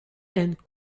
and